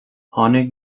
tháinig